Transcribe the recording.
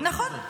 נכון.